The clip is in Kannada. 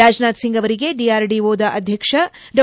ರಾಜ್ನಾಥ್ ಸಿಂಗ್ ಅವರಿಗೆ ಡಿ ಆರ್ ಡಿ ಒ ಅಧ್ಯಕ್ಷ ಡಾ